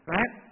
Right